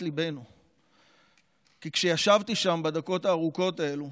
ליבנו כי כשישבתי שם בדקות הארוכות האלו